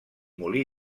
molí